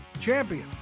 champion